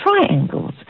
triangles